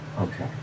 Okay